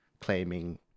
claiming